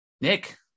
Nick